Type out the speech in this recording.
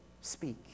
speak